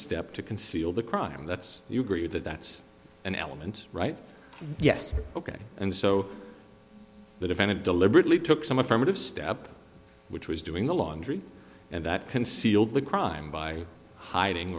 step to conceal the crime that's you agree that that's an element right yes ok and so the defendant deliberately took some affirmative step which was doing the laundry and that concealed the crime by hiding